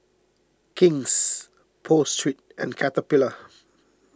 King's Pho Street and Caterpillar